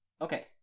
Okay